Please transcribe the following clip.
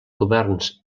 governs